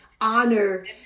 honor